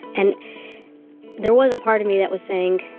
and there was a part of me that was saying,